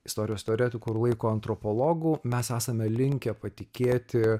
istorijos teoretikų ir laiko antropologų mes esame linkę patikėti